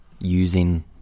using